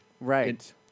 right